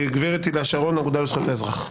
הגב' הילה שרון, האגודה לזכויות האזרח.